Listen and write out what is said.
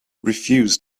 refuse